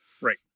Right